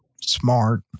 smart